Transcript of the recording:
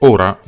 Ora